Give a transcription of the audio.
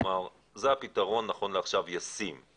כלומר זה הפתרון שנכון לעכשיו הוא ישים.